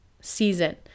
season